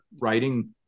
writing